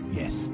yes